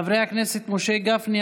חברי הכנסת משה גפני,